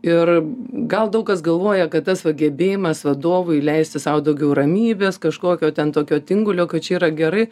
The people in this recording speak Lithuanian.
ir gal daug kas galvoja kad tas va gebėjimas vadovui leisti sau daugiau ramybės kažkokio ten tokio tingulio kad čia yra gerai